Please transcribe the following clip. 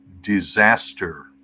disaster